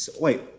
wait